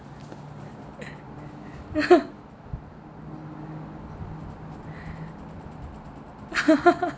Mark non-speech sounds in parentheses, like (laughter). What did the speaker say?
(laughs) (laughs)